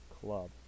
Club